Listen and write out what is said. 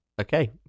Okay